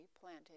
planted